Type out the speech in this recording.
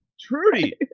Trudy